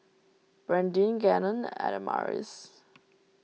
Brandyn Gannon and Adamaris